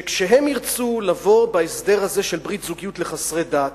שכשהם ירצו לבוא בהסדר הזה של ברית זוגיות לחסרי דת,